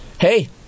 Hey